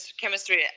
chemistry